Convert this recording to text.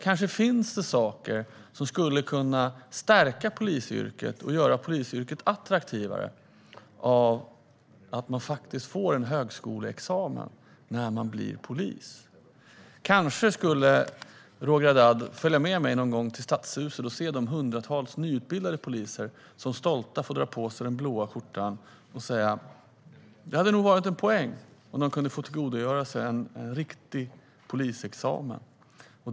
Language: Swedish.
Kanske skulle det kunna stärka polisyrket och göra det attraktivare om man faktiskt fick en högskoleexamen när man blir polis. Kanske skulle Roger Haddad följa med mig till stadshuset någon gång för att se de hundratals nyutbildade poliserna som stolta får dra på sig sina blå skjortor. Det hade nog funnits en poäng med att de hade fått tillgodogöra sig en riktig polisexamen.